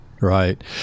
right